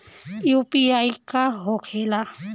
UPI का होखेला?